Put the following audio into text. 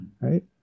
right